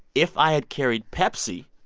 if i had carried pepsi,